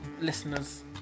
listeners